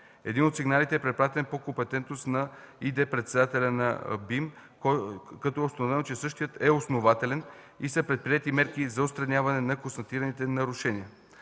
Един от сигналите е препратен по компетентност на и.д. председател на БИМ, като е установено, че същият е основателен и са предприети мерки за отстраняване на констатираните нарушения.